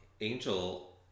Angel